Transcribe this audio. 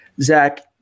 Zach